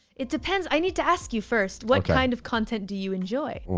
it depends, i need to ask you first. what kind of content do you enjoy?